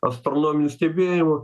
astronominių stebėjimų